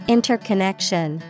Interconnection